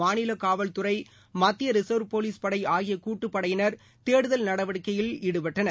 மாநிலகாவல்துறை மத்தியரிசர்வ் போலிஸ் படைஆகியகூட்டுப் படையினர் தேடுதல் நடவடிக்கையில் ஈடுபட்டனர்